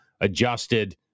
adjusted